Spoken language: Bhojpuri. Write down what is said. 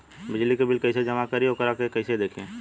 बिजली के बिल कइसे जमा करी और वोकरा के कइसे देखी?